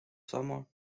summer